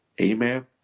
Amen